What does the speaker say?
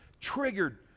triggered